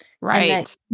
Right